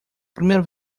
primeira